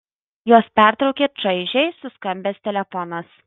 juos pertraukė čaižiai suskambęs telefonas